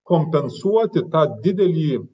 kompensuoti tą didelį